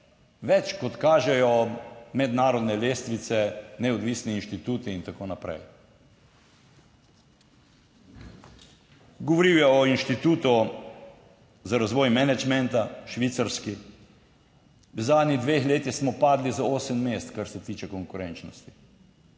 več kot kažejo mednarodne lestvice, neodvisni inštituti in tako naprej. Govoril je o inštitutu za razvoj menedžmenta, švicarski, v zadnjih dveh letih smo padli za osem mest, kar se tiče konkurenčnosti.